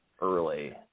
early